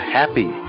happy